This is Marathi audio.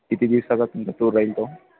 किती दिवसाचा तुमचा टूर राहील तो